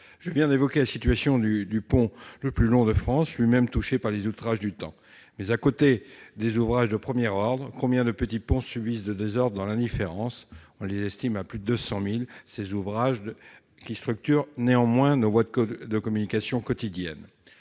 Je viens d'évoquer la situation du plus long pont de France, lui-même touché par les outrages du temps. Mais, à côté des ouvrages de premier ordre, combien de petits ponts subissent des désordres dans l'indifférence ? On estime à plus de 200 000 ces ouvrages qui structurent les voies de nos communications quotidiennes.